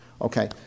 okay